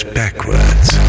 backwards